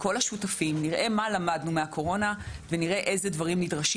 נראה איזה דברים נדרשים.